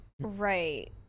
Right